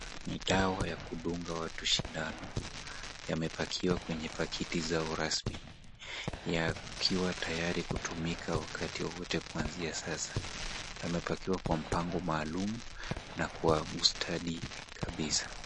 Ni dawa ya kudunga watu sindano. Yamepackiwa kwenye pakiti zao rasmi, yakiwa tayari kutumika wakati wowote kuanzia sasa. Yamepackiwa kwa mpango maalum na kwa ustadi kabisa.